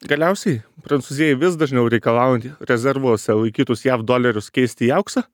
galiausiai prancūzijai vis dažniau reikalaujant rezervuose laikytus jav dolerius keisti į auksą